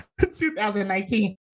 2019